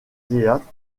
théâtre